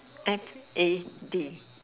X A D